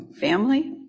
family